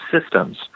systems